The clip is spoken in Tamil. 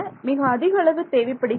மிக அதிக அளவு தேவைப்படுகிறது